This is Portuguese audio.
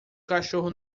cachorro